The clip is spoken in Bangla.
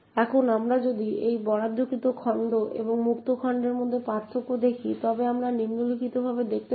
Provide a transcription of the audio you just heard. এখন আমরা যদি বরাদ্দকৃত খণ্ড এবং মুক্ত খণ্ডের মধ্যে পার্থক্য দেখি তবে আমরা নিম্নলিখিতটি দেখতে পাব